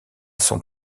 son